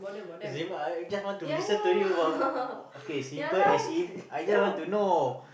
simple I I just want to listen to you about okay simple as If I just want to know